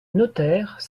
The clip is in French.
notaire